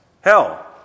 hell